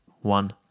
one